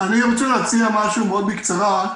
אני רוצה להציע משהו מאוד בקצרה,